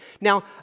Now